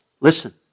Listen